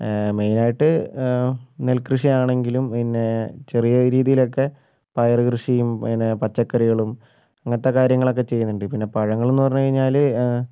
മെയിനായിട്ട് നെൽകൃഷി ആണെങ്കിലും പിന്നെ ചെറിയ രീതിയിലൊക്കെ പയറ് കൃഷിയും പിന്നെ പച്ചക്കറികളും അങ്ങനത്തെ കാര്യങ്ങളൊക്കെ ചെയ്യുന്നുണ്ട് പിന്നെ പഴങ്ങള് എന്ന് പറഞ്ഞ് കഴിഞ്ഞാല്